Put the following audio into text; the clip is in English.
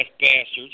bastards